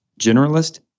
generalist